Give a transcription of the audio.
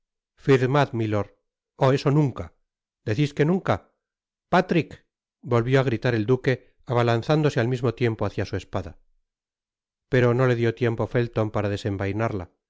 firmad milord oh i eso nunca decís que nunca patrick volvió á gritar el duque abalanzándose al mismo tiempo hácia su espada pero no le dió tiempo felton para desenvainarla